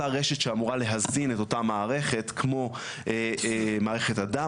אותה רשת שאמורה להזין את אותה מערכת כמו מערכת הדם